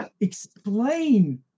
explain